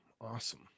Awesome